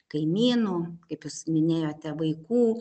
kaimynų kaip jūs minėjote vaikų